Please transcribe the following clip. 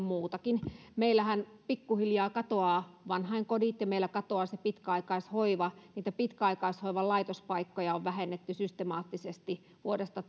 muutakin meillähän pikkuhiljaa katoavat vanhainkodit ja meillä katoaa se pitkäaikaishoiva niitä pitkäaikaishoivan laitospaikkoja on vähennetty systemaattisesti vuodesta